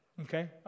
Okay